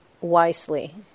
wisely